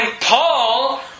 Paul